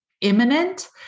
imminent